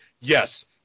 yes